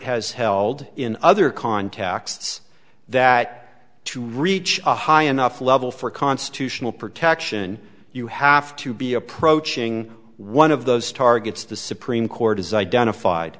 has held in other contexts that to reach a high enough level for constitutional protection you have to be approaching one of those targets the supreme court has identified